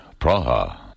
Praha